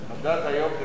מדד יוקר